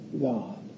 God